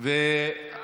סגן